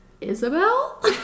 Isabel